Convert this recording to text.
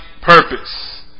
purpose